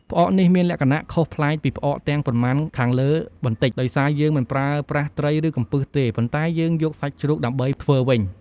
ផ្អកនេះមានលក្ខណៈខុសប្លែកពីផ្អកទាំងប៉ុន្មានខាងលើបន្តិច ដោយសារយើងមិនប្រើប្រាស់ត្រី ឬ កំពឹសទេ ប៉ុន្តែយើងយកសាច់ជ្រូកដើម្បីធ្វើវិញ។